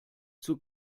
zur